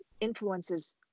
influences